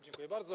Dziękuję bardzo.